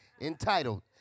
entitled